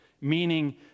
meaning